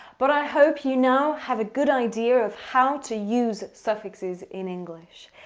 but i hope you now have a good idea of how to use suffixes in english.